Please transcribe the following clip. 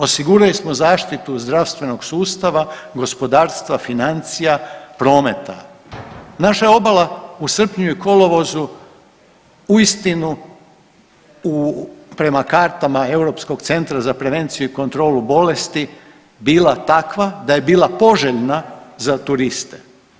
Osigurali smo zaštitu zdravstvenog sustava, gospodarstva, financija, prometa naša je obala u srpnju i kolovozu uistinu prema kartama Europskog centra za prevenciju i kontrolu bolesti bila takva da je bila poželjna za turiste.